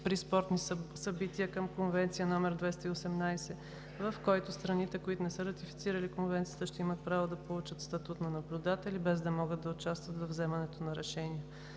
при спортни събития към Конвенция CETS № 218, в който страните, които не са ратифицирали Конвенцията, ще имат право да получат статут на наблюдатели, без да могат да участват във вземането на решения.